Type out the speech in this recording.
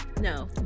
No